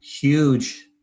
huge